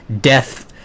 death